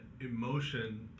emotion